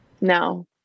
No